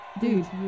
dude